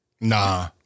Nah